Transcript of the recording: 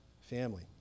family